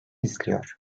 izliyor